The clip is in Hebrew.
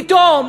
פתאום